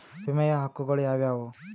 ವಿಮೆಯ ಹಕ್ಕುಗಳು ಯಾವ್ಯಾವು?